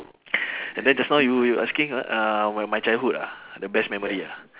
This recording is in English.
and then just now you you asking uh while my childhood ah the best memory ah